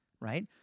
Right